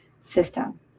system